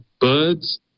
birds